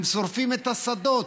הם שורפים את השדות.